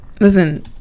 listen